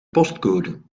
postcode